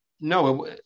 no